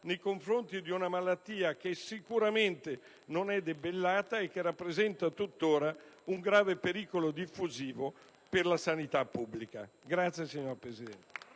nei confronti di una malattia che sicuramente non è debellata e che rappresenta tuttora un grave pericolo diffusivo per la sanità pubblica. *(Applausi dai